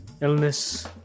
illness